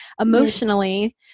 emotionally